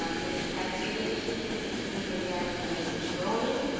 ah the defense relationship between india and the us is growing.